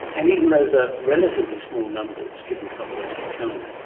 and even those ah relatively small numbers, given the population of china,